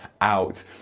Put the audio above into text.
out